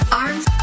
arms